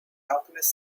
alchemist